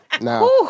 Now